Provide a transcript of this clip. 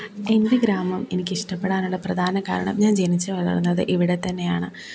എൻ്റെ ഗ്രാമം എനിക്കിഷ്ടപ്പെടാനുള്ള പ്രധാന കാരണം ഞാൻ ജനിച്ച് വളർന്നത് ഇവിടെ തന്നെ ആണ്